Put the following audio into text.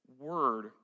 word